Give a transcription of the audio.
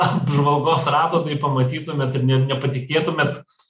apžvalgos rato bei pamatytumėt ir net nepatikėtumėt